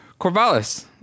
Corvallis